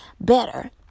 better